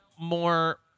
more